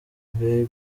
bieber